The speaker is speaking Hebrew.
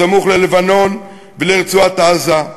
סמוך ללבנון ולרצועת-עזה,